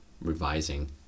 revising